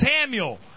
Samuel